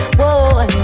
Whoa